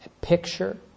picture